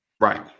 Right